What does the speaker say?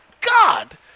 God